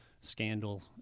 scandal